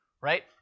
right